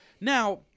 Now